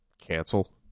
cancel